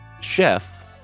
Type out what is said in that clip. chef